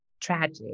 tragic